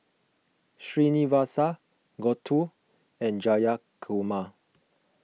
Srinivasa Gouthu and Jayakumar